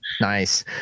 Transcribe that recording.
Nice